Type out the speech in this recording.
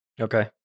Okay